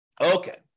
Okay